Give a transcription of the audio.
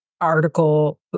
article